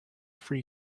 free